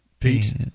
Pete